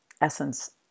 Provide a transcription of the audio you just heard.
essence